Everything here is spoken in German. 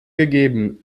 gegeben